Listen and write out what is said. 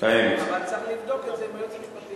אבל צריך לבדוק את זה עם היועץ המשפטי.